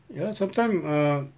ya lah sometimes uh